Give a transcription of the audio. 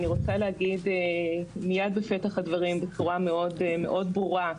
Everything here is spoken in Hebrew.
אני רוצה להגיד מיד בפתח הדברים בצורה מאוד ברורה,